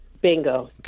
Bingo